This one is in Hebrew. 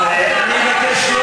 אדוני היושב-ראש,